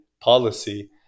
policy